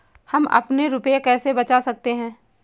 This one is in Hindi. हम अपने रुपये कैसे बचा सकते हैं?